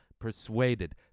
persuaded